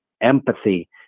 empathy